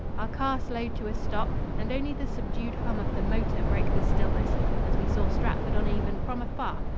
our car slowed to a stop, and only the subdued hum of the motor broke the stillness as we saw stratford-on-avon from afar,